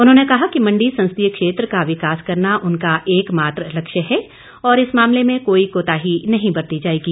उन्होंने कहा कि मंडी संसदीय क्षेत्र का विकास करना उनका एक मात्र लक्ष्य है और इस मामले में कोई कोताही नहीं बरती जाएगी